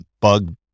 bug